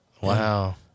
Wow